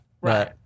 Right